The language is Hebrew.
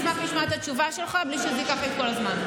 אני אשמח לשמוע את התשובה שלך בלי שזה ייקח לי את כל הזמן.